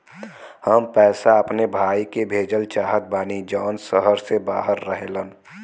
हम पैसा अपने भाई के भेजल चाहत बानी जौन शहर से बाहर रहेलन